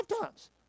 times